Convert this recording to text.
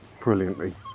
brilliantly